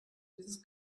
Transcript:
dieses